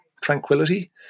tranquility